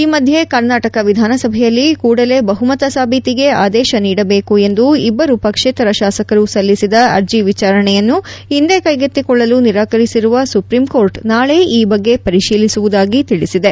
ಈ ಮಧ್ಯೆ ಕರ್ನಾಟಕ ವಿಧಾನಸಭೆಯಲ್ಲಿ ಕೂಡಲೇ ಬಹುಮತ ಸಾಭೀತಿಗೆ ಆದೇಶ ನೀಡಬೇಕು ಎಂದು ಇಬ್ಬರು ಪಕ್ಷೇತರ ಶಾಸಕರು ಸಲ್ಲಿಸಿದ ಅರ್ಜಿ ವಿಚಾರಣೆಯನ್ನು ಇಂದೇ ಕೈಗೆತ್ತಿಕೊಳ್ಳಲು ನಿರಾಕರಿಸಿರುವ ಸುಪ್ರೀಂ ಕೋರ್ಟ್ ನಾಳೆ ಈ ಬಗ್ಗೆ ಪರಿಶೀಲಿಸುವುದಾಗಿ ತಿಳಿಸಿದೆ